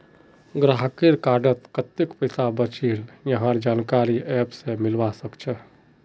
गाहकेर कार्डत कत्ते पैसा बचिल यहार जानकारी ऐप स मिलवा सखछे